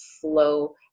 flow